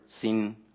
seen